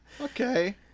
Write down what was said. Okay